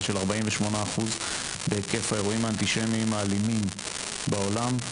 של 48% בהיקף האירועים האנטישמיים האלימים בעולם.